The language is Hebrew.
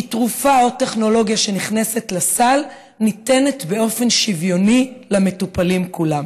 כי תרופה או טכנולוגיה שנכנסת לסל ניתנת באופן שוויוני למטופלים כולם.